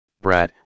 brat